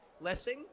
Lessing